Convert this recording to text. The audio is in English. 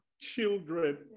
children